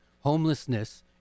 homelessness